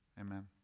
amen